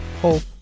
hope